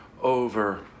over